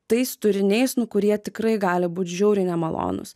tais turiniais nu kurie tikrai gali būt žiauriai nemalonūs